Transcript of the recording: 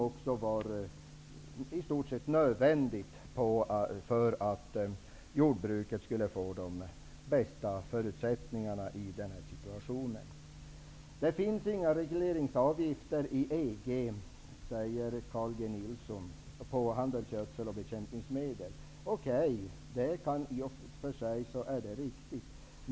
Den var i stort sett nödvändig för att jordbruket skulle få de bästa förutsättningarna i denna situation. Det finns inga regleringsavgifter på handelsgödsel och bekämpningsmedel inom EG, sade Carl G Nilsson. Okej, det är i och för sig riktigt.